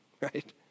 right